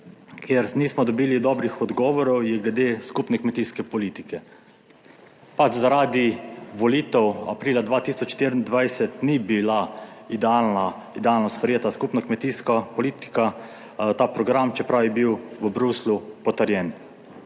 kjer nismo dobili dobrih odgovorov, je glede skupne kmetijske politike, pač zaradi volitev aprila 2024 ni bila idealna, idealno sprejeta skupna kmetijska politika, ta program, čeprav je bil v Bruslju potrjen,